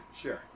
Sure